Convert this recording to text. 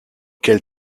quel